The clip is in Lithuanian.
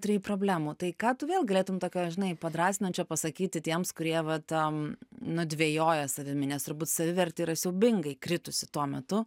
turėjai problemų tai ką tu vėl galėtum tokio žinai padrąsinančio pasakyti tiems kurie va tam nu dvejoja savimi nes turbūt savivertė yra siaubingai kritusi tuo metu